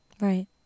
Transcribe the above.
Right